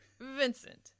Vincent